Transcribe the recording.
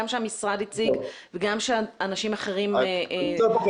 גם המשרד הציג וגם אנשים אחרים העלו.